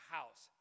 house